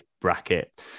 bracket